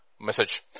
Message